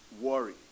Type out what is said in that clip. worry